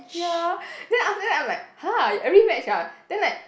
ya then after that I'm like !huh! you every match ah then like